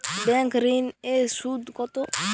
Bank ঋন এর সুদ কত?